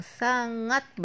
sangat